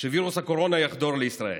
שווירוס הקורונה יחדור לישראל,